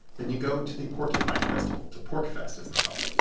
then you go to the porcupine festival to porcfest, as they call it